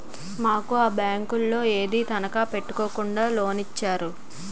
మాకు ఆ బేంకోలు ఏదీ తనఖా ఎట్టుకోకుండా లోనిచ్చేరు